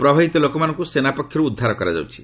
ପ୍ରଭାବିତ ଲୋକମାନଙ୍କୁ ସେନା ପକ୍ଷରୁ ଉଦ୍ଧାର କରାଯାଉଛି